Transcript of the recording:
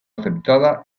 aceptada